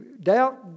doubt